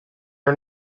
are